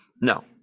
No